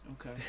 Okay